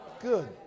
Good